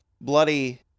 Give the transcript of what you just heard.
bloody